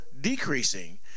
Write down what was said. decreasing